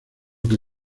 que